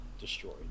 destroyed